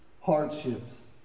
hardships